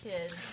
kids